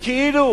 וכאילו